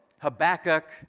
Habakkuk